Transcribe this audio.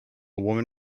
woman